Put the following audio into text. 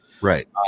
right